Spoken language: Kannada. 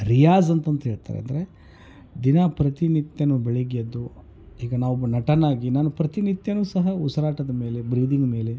ರಿಯಾಜ್ ಅಂತಂತ ಹೇಳ್ತಾರೆ ಅಂದರೆ ದಿನಾ ಪ್ರತಿನಿತ್ಯವು ಬೆಳಿಗ್ಗೆ ಎದ್ದು ಈಗ ನಾವೊಬ್ಬ ನಟನಾಗಿ ನಾನು ಪ್ರತಿನಿತ್ಯವೂ ಸಹ ಉಸಿರಾಟದ ಮೇಲೆ ಬ್ರೀದಿಂಗ್ ಮೇಲೆ